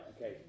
okay